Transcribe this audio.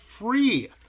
free